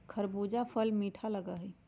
खरबूजा फल मीठा लगा हई